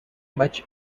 much